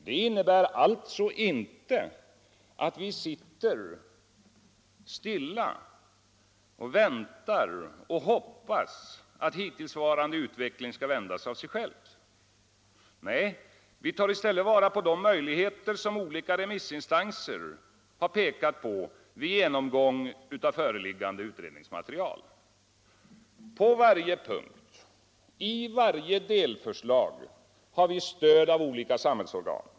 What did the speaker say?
Det innebär alltså inte att vi sitter stilla och väntar och hoppas att hittillsvarande utveckling skall vändas av sig själv. Nej, vi tar i stället vara på de möjligheter som olika remissinstanser har pekat på vid genomgång av föreliggande utredningsmaterial. På varje punkt, i varje delförslag, har vi stöd av olika samhällsorgan.